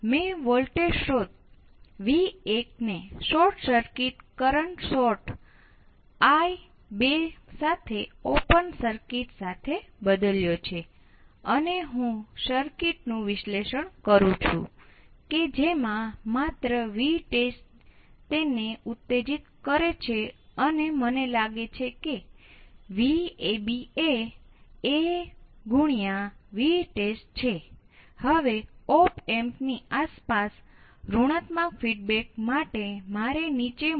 ચાલો આપણે એક સર્કિટ લઈએ જે આપણા માટે ખૂબ પરિચિત છે